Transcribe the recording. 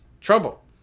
trouble